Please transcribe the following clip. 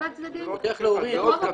פניות באמת קורעות-לב,